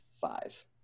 five